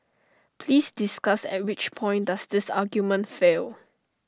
please discuss at which point does this argument fail